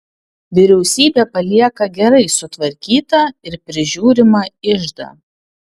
vyriausybė palieka gerai sutvarkytą ir prižiūrimą iždą